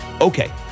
Okay